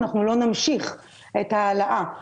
אנחנו לא נמשיך את ההעלאה.